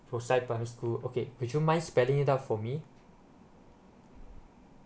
rosyth primary school okay do you mind spelling it out for me